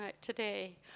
today